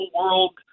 world